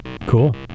Cool